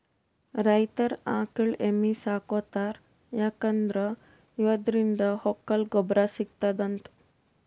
ರೈತರ್ ಆಕಳ್ ಎಮ್ಮಿ ಸಾಕೋತಾರ್ ಯಾಕಂದ್ರ ಇವದ್ರಿನ್ದ ಹೊಲಕ್ಕ್ ಗೊಬ್ಬರ್ ಸಿಗ್ತದಂತ್